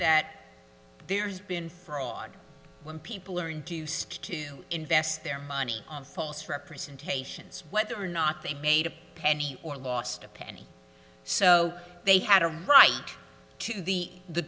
that there has been fraud when people are induced to invest their money on false representations whether or not they've made a penny or lost a penny so they had a right to the the